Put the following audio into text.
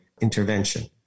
intervention